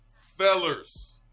fellers